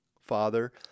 Father